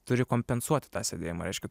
turi kompensuoti tą sėdėjimą reiškia